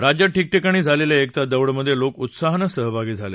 राज्यात ठिकठिकाणी झालेल्या एकता दौड मध्ये लोक उत्साहानं सहभागी झाले